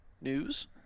news